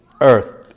earth